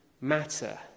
matter